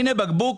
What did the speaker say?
הנה הבקבוק.